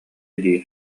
дии